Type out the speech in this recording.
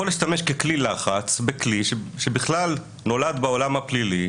הוא יכול להשתמש ככלי לחץ בכלי שבכלל נולד בעולם הפלילי.